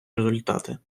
результати